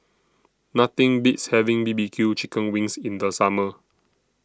Nothing Beats having B B Q Chicken Wings in The Summer